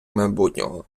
майбутнього